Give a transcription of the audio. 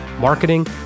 marketing